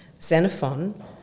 Xenophon